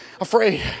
afraid